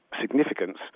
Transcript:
significance